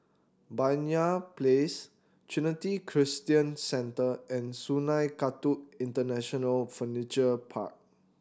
Banyan Place Trinity Christian Centre and Sungei Kadut International Furniture Park